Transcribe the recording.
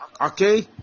Okay